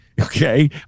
okay